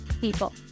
people